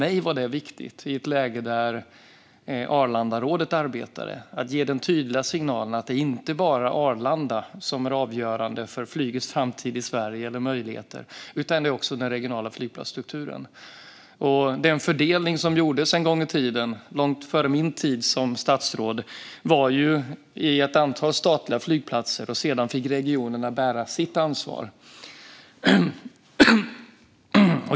I ett läge där Arlandarådet arbetade var det viktigt för mig att ge den tydliga signalen att det inte bara är Arlanda som är avgörande för flygets framtid och möjligheter i Sverige utan också den regionala flygplatsstrukturen. Den fördelning som gjordes en gång i tiden, långt före min tid som statsråd, gällde ett antal statliga flygplatser, och sedan fick regionerna bära sitt ansvar.